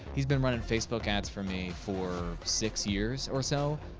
he's been runnin' facebook ads for me for six years or so.